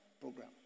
program